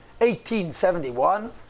1871